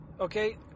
okay